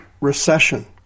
recession